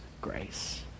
grace